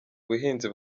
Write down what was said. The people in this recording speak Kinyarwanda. ubuhinzi